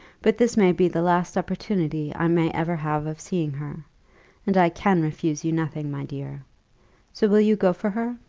but this may be the last opportunity i may ever have of seeing her and i can refuse you nothing, my dear. so will you go for her?